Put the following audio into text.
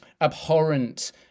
abhorrent